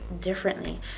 differently